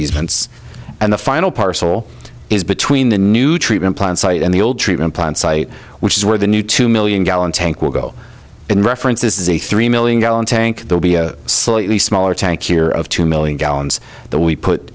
events and the final parcel is between the new treatment plant site and the old treatment plant site which is where the new two million gallon tank will go in reference this is a three million gallon tank will be a slightly smaller tank here of two million gallons that we put